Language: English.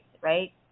right